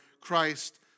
Christ